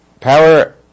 power